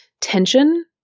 tension